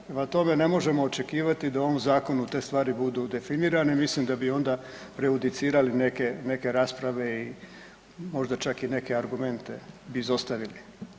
Prema tome, ne možemo očekivati da u ovom zakonu te stvari budu definirane, mislim da bi onda prejudicirali neke rasprave i možda čak i neke argumente bi izostavili.